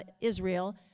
Israel